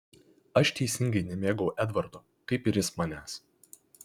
aš teisingai nemėgau edvardo kaip ir jis manęs